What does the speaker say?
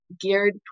geared